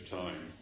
time